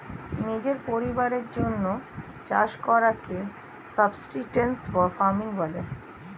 নিজের পরিবারের জন্যে চাষ করাকে সাবসিস্টেন্স ফার্মিং বলে